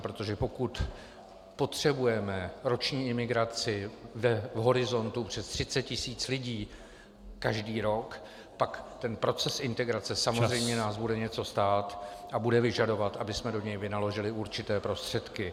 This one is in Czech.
Protože pokud potřebujeme roční imigraci v horizontu přes 30 tisíc lidí každý rok, pak ten proces integrace samozřejmě nás bude něco stát a bude vyžadovat, abychom do něj vynaložili určité prostředky.